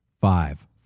Five